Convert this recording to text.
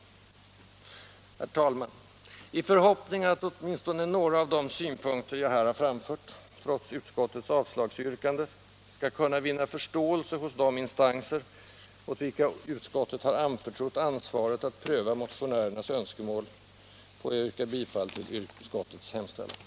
Herr talman! I förhoppning om att åtminstone några av de synpunkter jag här framfört, trots utskottets avstyrkande, skall vinna förståelse hos de instanser åt vilka utskottet anförtrott ansvaret att pröva motionärernas önskemål, får jag yrka bifall till utskottets hemställan.